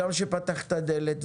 גם שפתחת דלת,